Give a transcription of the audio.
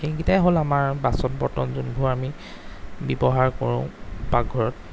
এই কেইটাই হ'ল আমাৰ বাচন বৰ্তন যোনবোৰ আমি ব্যৱহাৰ কৰোঁ পাকঘৰত